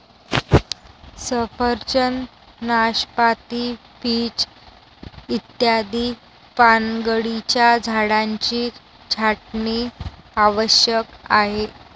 सफरचंद, नाशपाती, पीच इत्यादी पानगळीच्या झाडांची छाटणी आवश्यक आहे